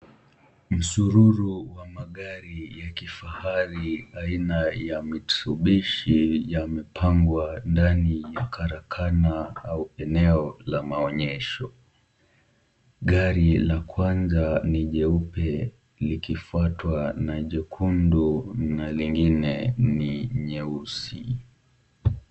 Msururu wa magari ya kifahari aina ya mitsubishi yamepangwa ndani ya karakana au eneo la maonyesho, gari la kwanza ni jeupe, likifuatwa na jekundu na lingine ni nyeusi.